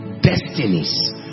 Destinies